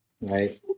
Right